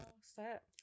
set